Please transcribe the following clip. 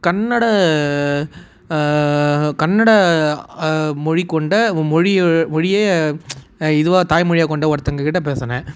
கன்னட கன்னட மொழிக்கொண்ட மொழி மொழியே இதுவாக தாய்மொழியாக கொண்ட ஒருத்தவங்கக்கிட்ட பேசினேன்